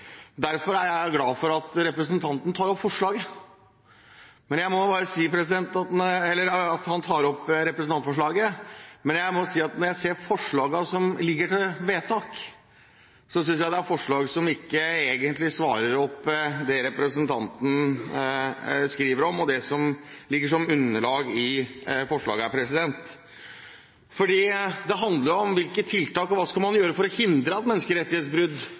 Derfor er jeg glad for at representantene har tatt opp representantforslaget, men jeg må si at når jeg ser på forslagene i innstillingen, synes jeg det er forslag som ikke egentlig svarer på det representantene skriver om, og som ligger som underlag i forslaget her, fordi det handler om hvilke tiltak man skal ha for å hindre at menneskerettighetsbrudd